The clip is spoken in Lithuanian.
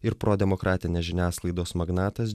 ir pro demokratinės žiniasklaidos magnatas